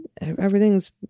everything's